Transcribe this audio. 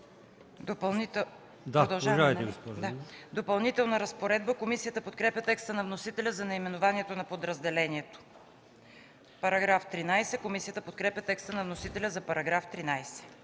„Допълнителна разпоредба”. Комисията подкрепя текста на вносителя за наименованието на подразделението. Комисията подкрепя текста на вносителя за § 13.